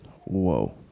Whoa